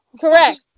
Correct